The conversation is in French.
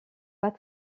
pas